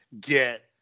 get